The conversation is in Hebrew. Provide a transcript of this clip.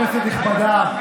כנסת נכבדה,